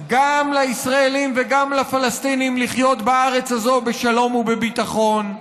לישראלים וגם לפלסטינים לחיות בארץ הזו בשלום ובביטחון.